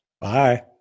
Bye